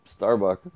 Starbucks